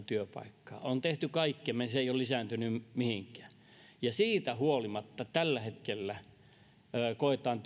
työpaikkaa olemme tehneet kaikkemme se ei ole lisääntynyt mihinkään ja siitä huolimatta tällä hetkellä koetaan